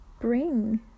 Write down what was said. bring